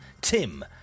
Tim